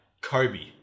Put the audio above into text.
Kobe